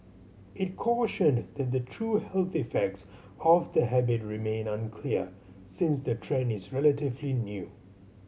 it cautioned that the true health effects of the habit remain unclear since the trend is relatively new